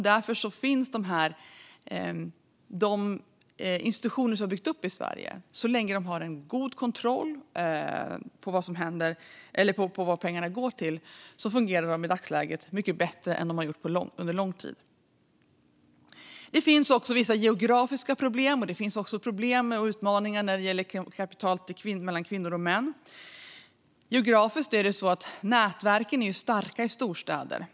Därför finns dessa institutioner som vi har byggt upp i Sverige. Så länge de har god kontroll på vad pengarna går till fungerar de i dagsläget mycket bättre än vad de gjort under lång tid. Det finns också vissa geografiska problem, och det finns problem och utmaningar när det gäller kapital mellan kvinnor och män. När det gäller det geografiska är nätverken starka i storstäder.